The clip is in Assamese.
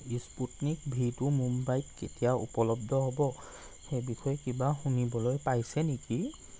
স্পুটনিক ভিটো মুব্বাইত কেতিয়া উপলব্ধ হ'ব সেই বিষয়ে কিবা শুনিবলৈ পাইছে নেকি